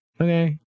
okay